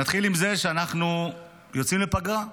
נתחיל עם זה שאנחנו יוצאי לפגרה.